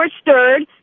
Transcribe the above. stirred